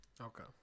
Okay